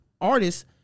artists